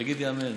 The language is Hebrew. תגידי אמן.